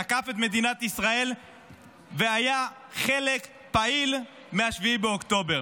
תקף את מדינת ישראל והיה חלק פעיל מ-7 באוקטובר.